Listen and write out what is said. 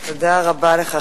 תודה רבה לך,